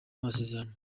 amasezerano